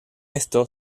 esto